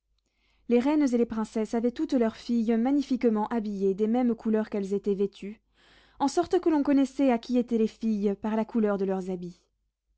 les reines et les princesses avaient toutes leurs filles magnifiquement habillées des mêmes couleurs qu'elles étaient vêtues en sorte que l'on connaissait à qui étaient les filles par la couleur de leurs habits